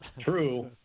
true